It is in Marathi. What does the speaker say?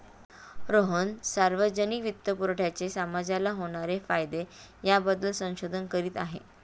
रोहन सार्वजनिक वित्तपुरवठ्याचे समाजाला होणारे फायदे याबद्दल संशोधन करीत आहे